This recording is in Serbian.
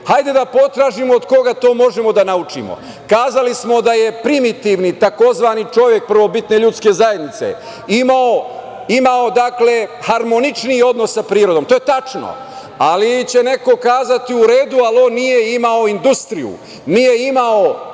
hajde da potražimo od koga to možemo da naučimo. Kazali smo da je primitivni, tzv. čovek prvobitne ljudske zajednice, imao harmoničniji odnos sa prirodom i to je tačno, ali će neko kazati, u redu, ali on nije imao industriju, nije imao